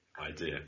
idea